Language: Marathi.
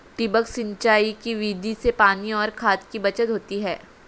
ठिबक सिंचाई की विधि से पानी और खाद की बचत होती है